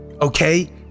Okay